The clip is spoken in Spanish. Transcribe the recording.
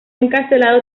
encarcelado